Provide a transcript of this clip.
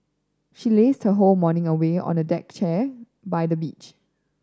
she lazed her whole morning away on the deck chair by the beach